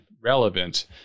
relevant